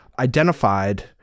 identified